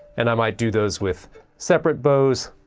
and i might do those with separate bows,